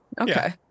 Okay